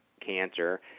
cancer